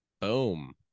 Boom